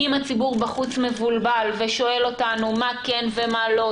אם הציבור בחוץ מבולבל ושואל אותנו מה כן ומה לא,